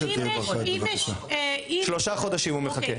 אבל אם יש --- שלושה חודשים הוא מחכה.